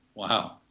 Wow